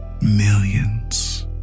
millions